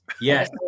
Yes